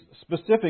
specific